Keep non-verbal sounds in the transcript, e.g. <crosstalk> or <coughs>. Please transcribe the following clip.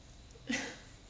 <coughs>